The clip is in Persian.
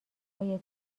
های